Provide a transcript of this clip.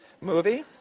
Movie